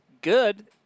good